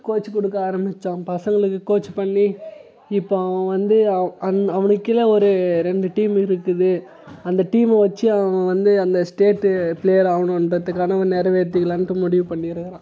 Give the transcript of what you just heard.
coach கொடுக்க ஆரம்பிச்சான் பசங்களுக்கு கோச் பண்ணி இப்போ அவன் வந்து அந் அவனுக்கு கீழ ஒரு ரெண்டு டீமு இருக்குது அந்த டீமை வச்சு அவன் வந்து அந்த ஸ்டேட் பிளேயர் ஆவணுன்றதுக்கு கனவு நிறவேத்திக்கலாண்ட்டு முடிவு பண்ணி இருக்கிறான்